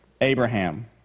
Abraham